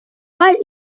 while